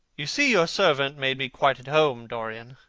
you see your servant made me quite at home, dorian.